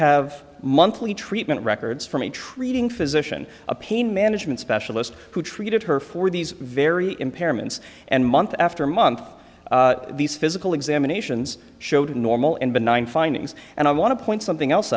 have monthly treatment records from a treating physician a pain management specialist who treated her for these very impairments and month after month these physical examinations showed normal and benign findings and i want to point something else